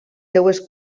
seves